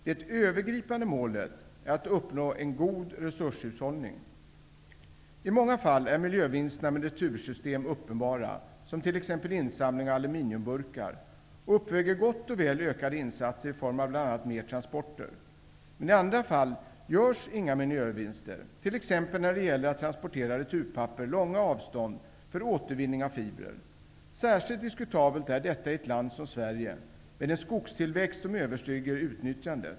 Det övergripande målet är att uppnå en god resurshushållning. I många fall är miljövinsterna med retursystem uppenbara, som t.ex. insamling av aluminiumburkar, och uppväger gott och väl ökade insatser i form av bl.a. mer transporter. Men i andra fall görs inga miljövinster, t.ex. när det gäller att transportera returpapper långa avstånd för återvinning av fibrer. Särskilt diskutabelt är detta i ett land som Sverige med en skogstillväxt som överstiger utnyttjandet.